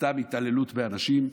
סתם התעללות באנשים.